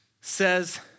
says